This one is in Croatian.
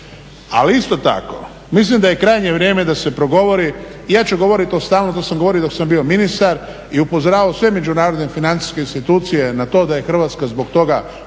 Ali isto tako mislim da je krajnje vrijeme da se progovori i ja ću govoriti, to sam govorio i dok sam bio ministar i upozoravao sve međunarodne financijske institucije na to da je Hrvatska zbog toga